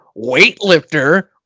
weightlifter